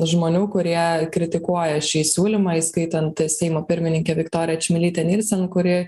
žmonių kurie kritikuoja šį siūlymą įskaitant seimo pirmininkę viktoriją čmilytę nielsen kuri